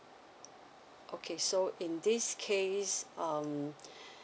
okay so in this case um